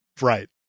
right